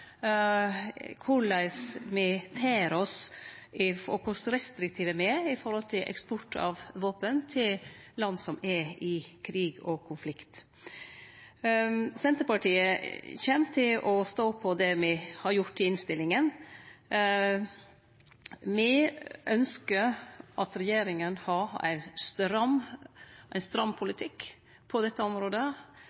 korleis me ter oss, og kor restriktive me er når det gjeld eksport av våpen til land som er i krig og konflikt. Senterpartiet kjem til å stå på det me har gjort i innstillinga. Me ynskjer at regjeringa har ein stram